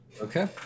Okay